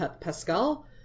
Pascal